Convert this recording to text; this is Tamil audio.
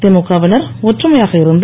திமுக வினர் ஒற்றுமையாக இருந்து